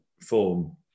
form